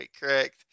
correct